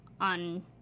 on